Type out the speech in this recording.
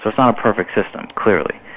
but not a perfect system, clearly,